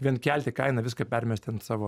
vien kelti kainą viską permesti ant savo